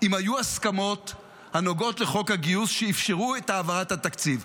אם היו הסכמות הנוגעות לחוק הגיוס שאפשרו את העברת התקציב.